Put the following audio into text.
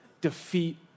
defeat